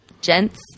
Gents